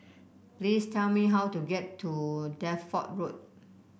please tell me how to get to Deptford Road